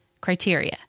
criteria